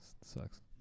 sucks